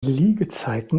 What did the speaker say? liegezeiten